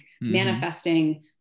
manifesting